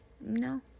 No